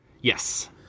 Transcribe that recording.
Yes